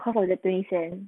cause of the twenty cent